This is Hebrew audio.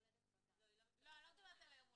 ------ החוק לא מדבר על זה.